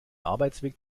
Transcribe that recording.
arbeitsweg